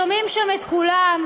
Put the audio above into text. שומעים שם את כולם,